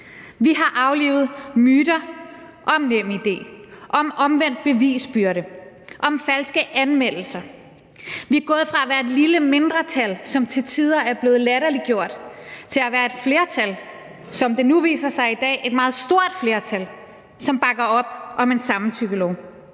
Vi har aflivet myter om NemID, om omvendt bevisbyrde, om falske anmeldelser. Vi er gået fra at være et lille mindretal, som til tider er blevet latterliggjort, til at være et flertal, som det nu viser sig i dag, er et meget stort flertal, som bakker op om en samtykkelov.